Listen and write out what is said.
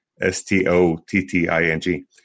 S-T-O-T-T-I-N-G